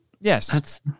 Yes